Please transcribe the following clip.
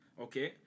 Okay